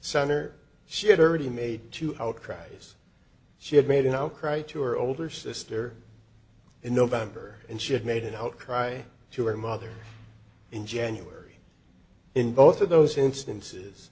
center she had already made two outcries she had made an outcry to her older sister in november and she had made an outcry to her mother in january in both of those instances